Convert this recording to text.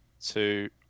two